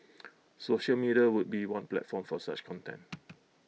social media would be one platform for such content